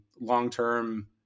long-term